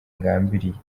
ngambiriye